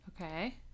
Okay